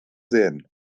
sähen